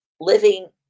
living